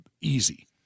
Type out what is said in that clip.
easy